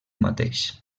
mateix